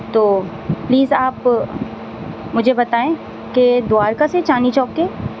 تو پلیز آپ مجھے بتائیں کہ دوارکا سے چاندنی چوک کے